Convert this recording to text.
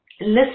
listen